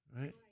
right